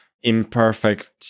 imperfect